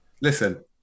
Listen